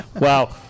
wow